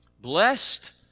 blessed